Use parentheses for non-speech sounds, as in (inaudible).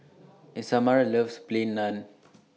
(noise) Isamar loves Plain Naan